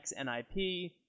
XNIP